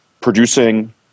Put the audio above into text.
producing